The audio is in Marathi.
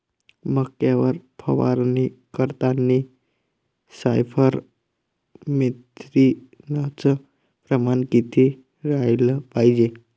मक्यावर फवारनी करतांनी सायफर मेथ्रीनचं प्रमान किती रायलं पायजे?